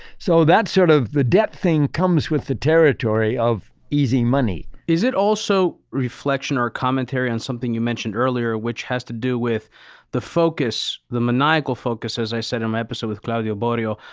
so, that's sort of. the debt thing comes with the territory of easy money. is it also a reflection or commentary on something you mentioned earlier, which has to do with the focus, the maniacal focus as i said in my episode with claudio borio,